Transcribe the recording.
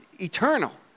eternal